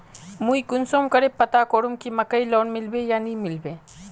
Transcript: मुई कुंसम करे पता करूम की मकईर लोन मिलबे या नी मिलबे?